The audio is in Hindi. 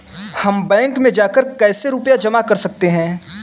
हम बैंक में जाकर कैसे रुपया जमा कर सकते हैं?